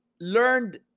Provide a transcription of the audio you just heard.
learned